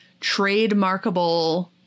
trademarkable